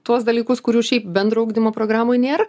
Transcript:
tuos dalykus kurių šiaip bendro ugdymo programoj nėra